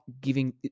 giving